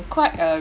quite a